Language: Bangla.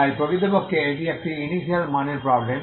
তাই প্রকৃতপক্ষে এটি একটি ইনিশিয়াল মানের প্রবলেম